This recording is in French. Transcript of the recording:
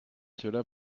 cela